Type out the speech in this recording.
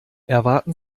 erwarten